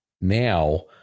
now